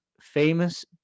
famous